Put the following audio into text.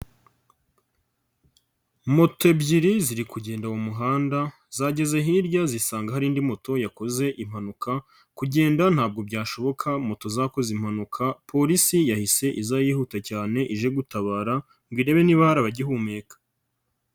Moto ebyiri ziri kugenda mu muhanda, zageze hirya zisanga hari indi moto yakoze impanuka, kugenda ntabwo byashoboka moto zakoze impanuka, polisi yahise iza yihuta cyane ije gutabara ngo irebe niba hari abagihumeka.